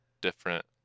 different